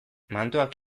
mandoak